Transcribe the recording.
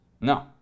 No